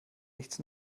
nichts